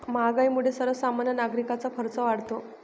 महागाईमुळे सर्वसामान्य नागरिकांचा खर्च वाढतो